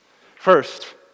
First